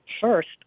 First